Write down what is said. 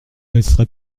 laisserai